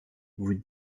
vous